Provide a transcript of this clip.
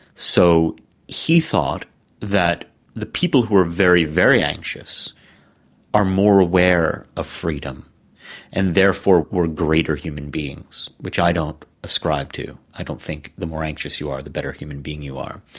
so he thought that the people who are very, very anxious are more aware of freedom and therefore were greater human beings, which i don't ascribe to. i don't think that the more anxious you are the better human being you are.